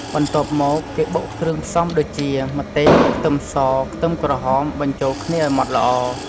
បន្ទាប់មក គេបុកគ្រឿងផ្សំដូចជា ម្ទេស ខ្ទឹមស ខ្ទឹមក្រហម បញ្ចូលគ្នាឱ្យម៉ដ្ឋល្អ។